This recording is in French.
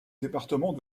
département